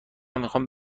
میخوام